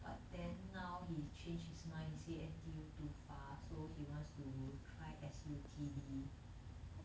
but then now he change his mind he say N_T_U too far so he wants to try S_U_T_D